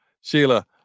Sheila